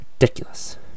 Ridiculous